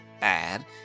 bad